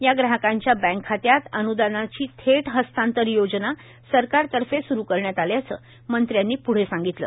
या ग्राहकांच्या बँक खात्यात अन्रदानाची थेट हस्तांतर योजना सरकारतर्फे स्रुरू करण्यात आल्याचं मंत्र्यांनी प्रढं सांगितलं